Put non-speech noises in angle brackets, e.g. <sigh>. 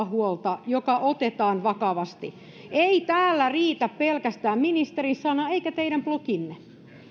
<unintelligible> huolta joka otetaan vakavasti ei täällä riitä pelkästään ministerin sana eikä teidän bloginne